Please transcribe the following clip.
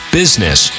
business